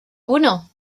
uno